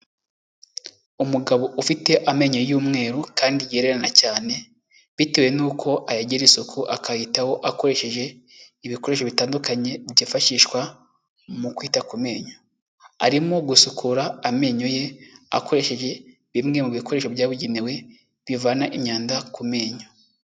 Umugabo ufite amenyo y'umweru kandi yererana cyane. bitewe n'uko ayagira isuku akayitaho akoresheje ibikoresho bitandukanye byifashishwa mu kwita ku menyo. Arimo gusukura amenyo ye akoresheje bimwe mu bikoresho byabugenewe bivana imyanda ku menyo.